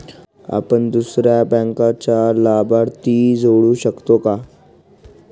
आपण दुसऱ्या बँकेचा लाभार्थी जोडू शकतो का?